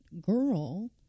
girl